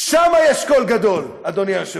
שם יש קול גדול, אדוני היושב-ראש.